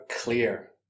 clear